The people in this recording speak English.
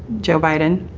joe biden,